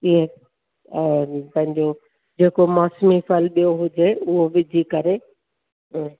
इहे पंहिंजो जेको मौसमी फल ॿियो हुजे उहो बि विझी करे